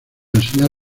enseñar